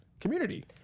community